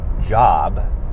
job